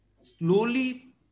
slowly